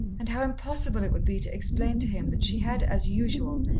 and how impossible it would be to explain to him that she had, as usual,